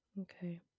Okay